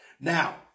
Now